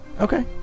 okay